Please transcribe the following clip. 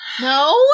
No